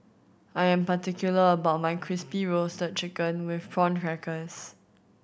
I am particular about my Crispy Roasted Chicken with Prawn Crackers